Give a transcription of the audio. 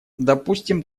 допустим